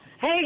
Hey